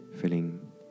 feeling